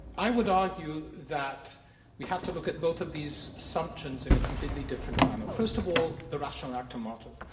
i would argue that we have to look at both of these assumptions in a completely different manner. first of all, the rational actor model.